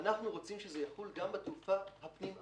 אנחנו רוצים שזה יחול גם בתעופה הפנים ארצית.